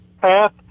path